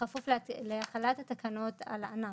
בכפוף להחלת התקנות על הענף.